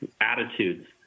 attitudes